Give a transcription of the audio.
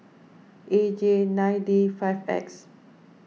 A J nine D five X